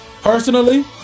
Personally